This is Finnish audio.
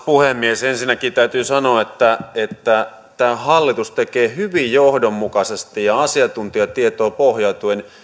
puhemies ensinnäkin täytyy sanoa että että tämä hallitus tekee hyvin johdonmukaisesti ja asiantuntijatietoon pohjautuen